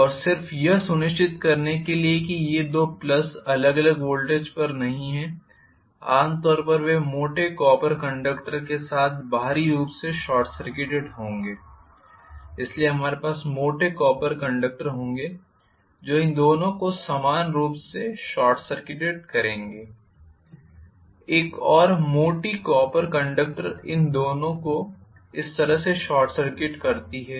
और सिर्फ यह सुनिश्चित करने के लिए कि ये दो प्लस अलग अलग वोल्टेज पर नहीं हैं आम तौर पर वे मोटे कॉपर कंडक्टर के साथ बाहरी रूप से शॉर्ट सर्किटेड होंगे इसलिए हमारे पास मोटे कॉपर कंडक्टर होंगे जो इन दोनों को समान रूप से शॉर्ट सर्किटेड करेंगे एक और मोटी कॉपर कंडक्टर इन दोनों को इस तरह से शॉर्ट सर्किट करती हैं